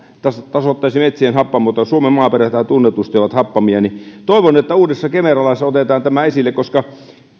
tasoittaisi metsien happamuutta suomen maaperäthän tunnetusti ovat happamia toivon että uudessa kemera laissa otetaan tämä esille koska